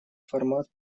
формат